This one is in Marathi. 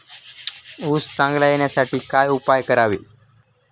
ऊस चांगला येण्यासाठी काय उपाय करावे?